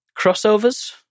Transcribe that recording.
crossovers